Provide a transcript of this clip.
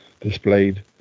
displayed